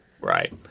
Right